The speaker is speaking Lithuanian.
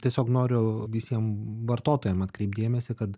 tiesiog noriu visiem vartotojam atkreipt dėmesį kad